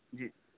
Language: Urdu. جی